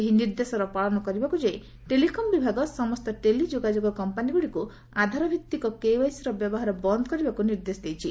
ଏହି ନିର୍ଦ୍ଦେଶର ପାଳନ କରିବାକୁ ଯାଇ ଟେଲିକମ୍ ବିଭାଗ ସମସ୍ତ ଟେଲି ଯୋଗାଯୋଗ କମ୍ପାନୀଗୁଡ଼ିକୁ ଆଧାରଭିତ୍ତିକ କେୱାଇସିର ବ୍ୟବହାର ବନ୍ଦ୍ କରିବାକୁ ନିର୍ଦ୍ଦେଶ ଦେଇଛି